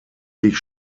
sich